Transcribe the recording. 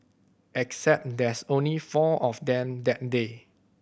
except there's only four of them that day